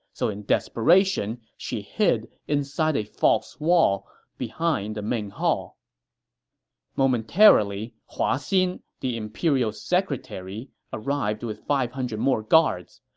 so in desperation, she hid inside a false wall the behind the main hall momentarily, hua xin, the imperial secretary, arrived with five hundred more guards.